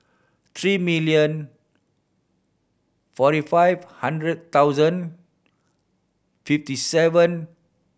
three million forty five hundred thousand fifty seven